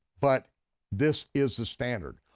but this is the standard.